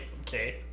Okay